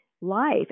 life